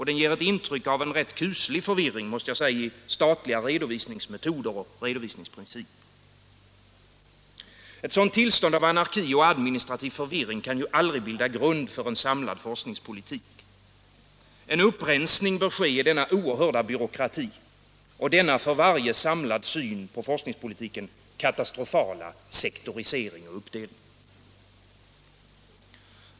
Den ger intryck av en rätt kuslig förvirring i statliga redovisningsmetoder och principer. Ett sådant tillstånd av anarki och administrativ förvirring kan aldrig bilda grund för en samlad forskningspolitik. En upprensning bör ske i denna oerhörda byråkrati och denna för varje samlad syn på forskningspolitiken katastrofala sektorisering och uppdelning.